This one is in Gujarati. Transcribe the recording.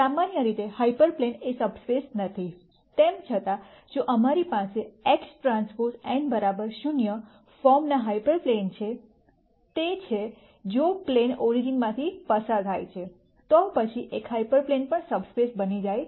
સામાન્ય રીતે હાયપરપ્લેન એ સબસ્પેસ નથી તેમ છતાં જો અમારી પાસે X ટ્રાન્સપોઝ n 0 ફોર્મના હાયપર પ્લેન છે તે છે જો પ્લેન ઓરિજીનમાંથી પસાર થાય છે તો પછી એક હાયપર પ્લેન પણ સબસ્પેસ બની જાય છે